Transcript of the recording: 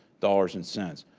dollars and cents.